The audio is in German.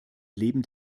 leben